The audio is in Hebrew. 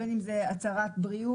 בין אם זאת הצהרת בריאות,